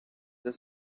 the